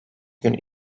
gün